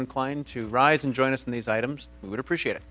inclined to rise and join us in these items we would appreciate it